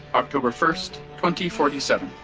october first, twenty forty-seven